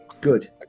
Good